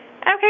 Okay